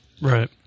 right